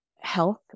health